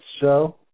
show